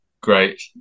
great